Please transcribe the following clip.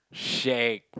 shag